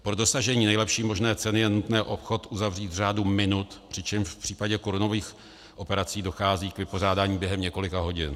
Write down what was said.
Pro dosažení nejlepší možné ceny je nutné obchod uzavřít v řádu minut, přičemž v případě korunových operací dochází k vypořádání během několika hodin.